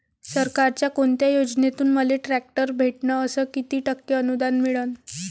सरकारच्या कोनत्या योजनेतून मले ट्रॅक्टर भेटन अस किती टक्के अनुदान मिळन?